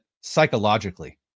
psychologically